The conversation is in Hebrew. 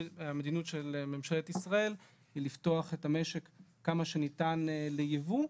מדיניות ממשלת ישראל היא לפתוח את המשק כמה שניתן לייבוא,